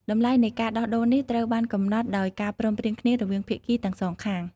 តម្លៃនៃការដោះដូរនេះត្រូវបានកំណត់ដោយការព្រមព្រៀងគ្នារវាងភាគីទាំងសងខាង។